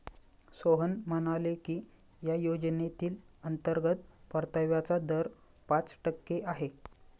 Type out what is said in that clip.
सोहन म्हणाले की या योजनेतील अंतर्गत परताव्याचा दर पाच टक्के आहे